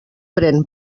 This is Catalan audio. pren